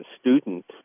student